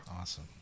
awesome